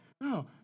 no